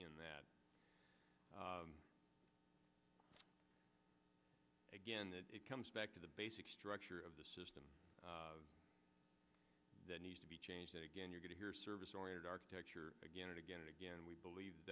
in that again it comes back to the basic structure of the system that needs to be changed again you're going to hear service oriented architecture again and again and again we believe